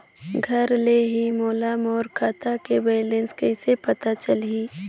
घर ले ही मोला मोर खाता के बैलेंस कइसे पता चलही?